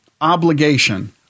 obligation